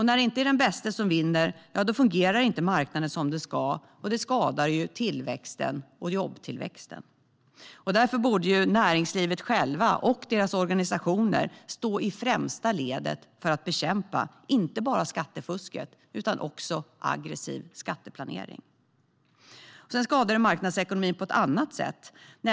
När det inte är den bäste som vinner fungerar inte marknaden som den ska, och det skadar tillväxten och jobbtillväxten. Därför borde näringslivet självt och dess organisationer stå i främsta ledet för att bekämpa inte bara skattefusket utan också aggressiv skatteplanering. Sedan skadar det marknadsekonomin på ett annat sätt.